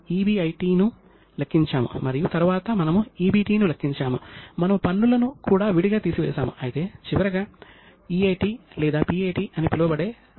కౌటిల్యుడు bookkeeping మొదలైన accounting సిద్ధాంతాలను చాలా చక్కగా ఆ కాలంలోనే సూచించాడు